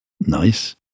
nice